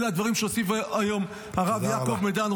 אלה הדברים שהוסיף היום הרב יעקב מדן,